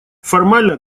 формально